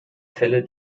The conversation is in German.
fälle